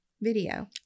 video